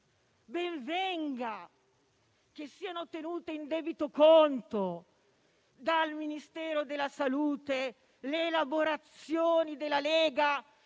Ben venga siano tenute in debito conto dal Ministero della salute le elaborazioni della Lega